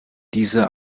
diese